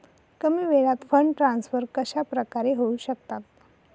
कमी वेळात fund transfer कशाप्रकारे होऊ शकतात?